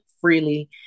freely